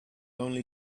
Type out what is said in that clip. only